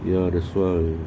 ya that's why